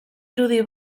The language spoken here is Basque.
irudi